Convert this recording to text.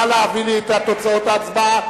נא להביא לי את תוצאות ההצבעה.